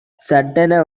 சட்டென